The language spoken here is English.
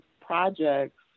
projects